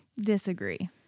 disagree